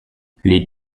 les